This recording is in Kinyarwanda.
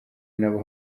nabo